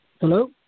Hello